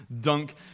dunk